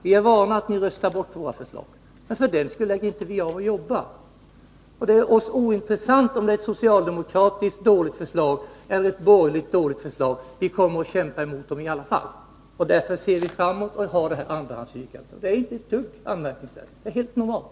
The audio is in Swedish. Vi är vana vid att ni röstar ner våra förslag, så för den skull slutar vi inte att arbeta. Det är för oss ointressant om det är ett socialdemokratiskt eller borgerligt dåligt förslag — vi kommer att kämpa emot det i alla fall. Därför har vi det här andrahandsyrkandet. Det är inte ett dugg anmärkningsvärt, utan helt normalt.